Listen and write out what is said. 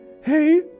Hey